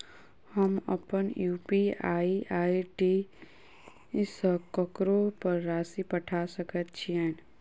हम अप्पन UPI ID सँ ककरो पर राशि पठा सकैत छीयैन?